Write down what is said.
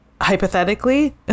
hypothetically